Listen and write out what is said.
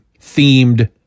themed